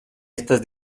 estas